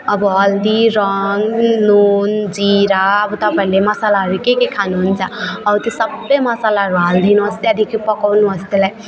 अब हल्दी रङ नुन जिरा अब तपाईँहरूले मसालाहरू के के खानुहुन्छ हौ त्यो सबै मसालाहरू हालिदिनुहोस् त्यहाँदेखि पकाउनुहोस् त्यसलाई